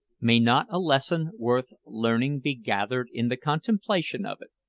may not a lesson worth learning be gathered in the contemplation of it?